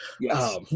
Yes